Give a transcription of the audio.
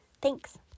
Thanks